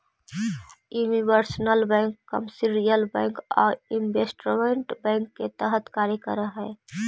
universal bank commercial bank आउ investment bank के तरह कार्य कर हइ